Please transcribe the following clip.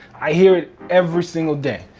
i hear it every single day.